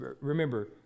remember